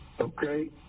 Okay